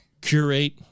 curate